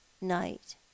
night